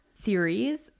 series